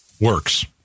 works